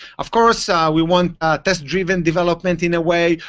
of course ah we want a test-driven development in a way,